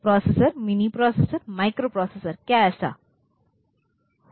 processor mini processor microprocessor क्या ऐसा हो सकता है